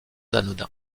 anodin